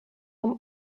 vom